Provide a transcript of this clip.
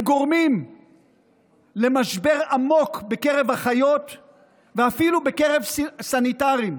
הם גורמים למשבר עמוק בקרב אחיות ואפילו בקרב סניטרים.